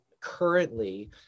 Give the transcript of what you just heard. currently